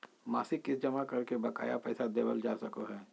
मासिक किस्त जमा करके बकाया पैसा देबल जा सको हय